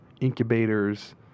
incubators